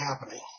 happening